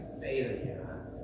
failure